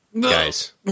guys